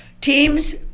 teams